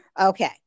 Okay